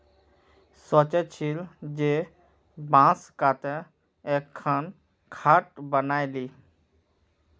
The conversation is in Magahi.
सोचे छिल जे बांस काते एकखन खाट बनइ ली